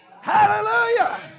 Hallelujah